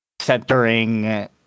centering